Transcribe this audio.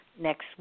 next